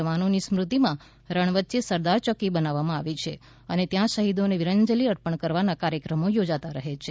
જવાનોની સ્મૃતિમાં રણ વચ્ચે સરદાર ચોકી બનાવવામાં આવી છે અને ત્યાં શહીદોને વિરંજલી અર્પણ કરવાના કાર્યક્રમ યોજાતા રહે છે